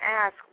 ask